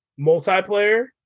multiplayer